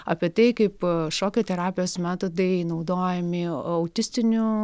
apie tai kaip šokio terapijos metodai naudojami autistinių